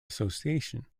association